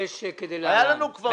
היה לנו כבר